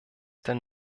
denn